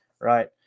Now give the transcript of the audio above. right